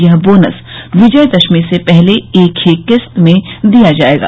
यह बोनस विजयदशमी से पहले एक ही किस्त में दिया जायेगा